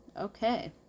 Okay